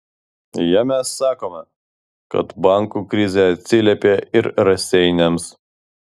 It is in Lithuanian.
jame sakoma kad bankų krizė atsiliepė ir raseiniams